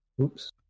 Oops